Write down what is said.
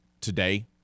Today